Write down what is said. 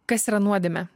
kas yra nuodėmė